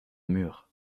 murs